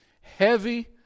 heavy